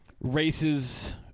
races